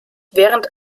während